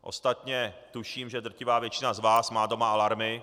Ostatně tuším, že drtivá většina z vás má doma alarmy.